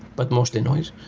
but mostly noise,